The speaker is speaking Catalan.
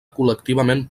col·lectivament